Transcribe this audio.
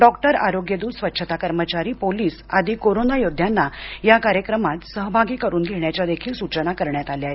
doctor आरोग्य दूत स्वच्छताकर्मचारी पोलीस आदी कोरोना योद्ध्यांना या कार्यक्रमात सहभागी करून घेण्याच्यादेखील सूचना देण्यात आल्या आहेत